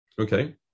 okay